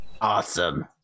awesome